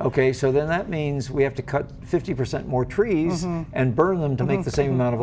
ok so then that means we have to cut fifty percent more trees and burn them to make the same amount of